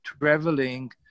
traveling